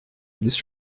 this